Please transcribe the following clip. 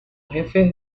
jefe